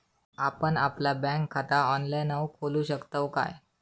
आपण आपला बँक खाता ऑनलाइनव खोलू शकतव काय?